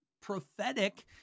prophetic